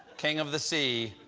kings of the sea,